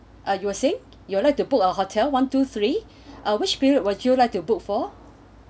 uh you were saying you'd like to book a hotel one two three which period would you like to book for